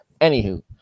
Anywho